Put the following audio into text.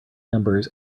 numbers